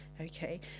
okay